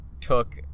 took